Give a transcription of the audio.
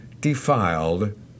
defiled